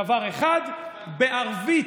דבר אחד, בערבית,